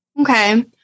okay